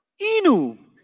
Inu